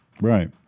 Right